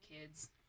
kids